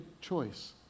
choice